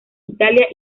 italia